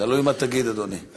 תלוי מה תגיד, אדוני.